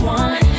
one